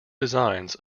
designs